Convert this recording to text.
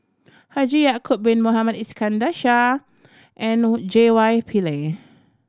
Haji Ya'acob Bin Mohamed Iskandar Shah and J Y Pillay